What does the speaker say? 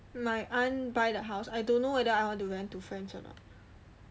my aunt buy the house I don't know whether I want to rent to friends or not